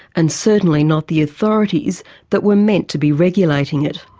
and certainly not the authorities that were meant to be regulating it.